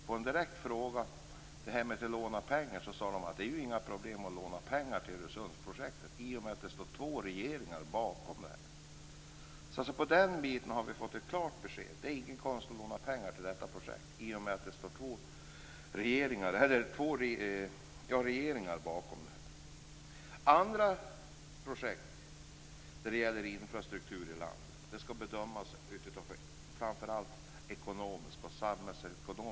På en direkt fråga om att låna pengar blev svaret att det inte är några problem att låna pengar till Öresundsprojektet. Det står två regeringar bakom projektet. För den biten har vi fått ett klart besked. Det är ingen konst att låna pengar till detta projekt i och med att två regeringar står bakom. Andra infrastrukturprojekt i landet skall bedömas utifrån samhällsekonomiska aspekter.